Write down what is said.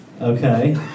Okay